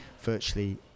virtually